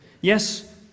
Yes